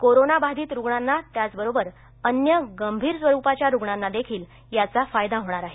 corona बाधित रुग्णांना त्याचबरोबर अन्य गंभीर स्वरूपाच्या रुग्णांनादेखील याचा फायदा होणार आहे